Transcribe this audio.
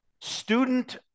student